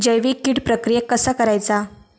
जैविक कीड प्रक्रियेक कसा करायचा?